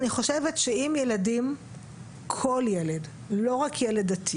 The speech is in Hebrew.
אני חושבת שכל ילד, לא רק דתי